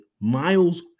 miles